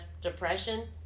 depression